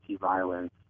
violence